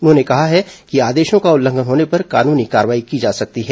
उन्होंने कहा है कि आदेशों का उल्लंघन होने पर कानूनी कार्रवाई की जा सकती है